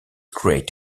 great